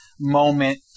moment